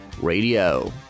Radio